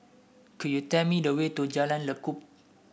could you tell me the way to Jalan Lekub